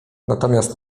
natomiast